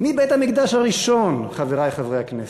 מבית-המקדש הראשון, חברי חברי הכנסת.